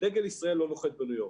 ודגל ישראל לא נוחת בניו יורק.